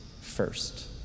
first